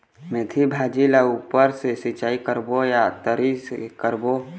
मेंथी भाजी ला ऊपर से सिचाई करबो या तरी से करबो?